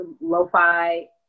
lo-fi